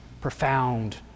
profound